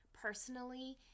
Personally